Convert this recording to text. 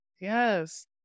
Yes